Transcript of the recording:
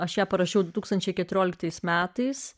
aš ją parašiau du tūkstančiai keturioliktais metais